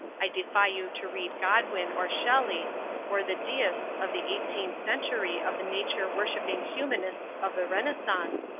i defy you to read godwin or shelley or the deists of the eighteenth century of the nature-worshipping humanists of the renaissance,